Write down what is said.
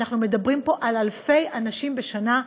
אנחנו מדברים פה על אלפי אנשים בשנה,